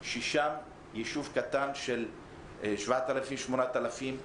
יישוב קטן של 8,000-7,000 תושבים,